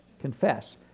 Confess